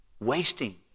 wasting